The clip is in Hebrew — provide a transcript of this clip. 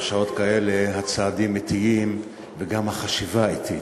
בשעות כאלה הצעדים אטיים וגם החשיבה אטית.